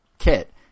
kit